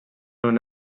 una